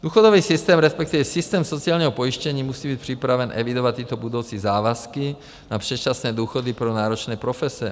Důchodový systém, respektive systém sociálního pojištění, musí být připraven evidovat tyto budoucí závazky na předčasné důchody pro náročné profese.